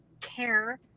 care